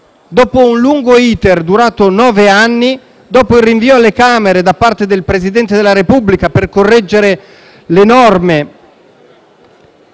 Dopo un lungo *iter* durato nove anni, dopo il rinvio alle Camere da parte del Presidente della Repubblica per correggere le norme